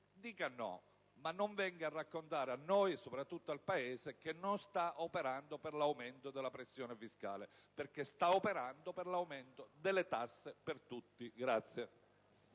pure, ma non venga a raccontare a noi e, soprattutto, al Paese che non sta operando per l'aumento della pressione fiscale, perché invece sta operando per l'aumento delle tasse per tutti.